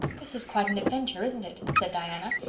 this is quite an adventure, isn't it? said diana.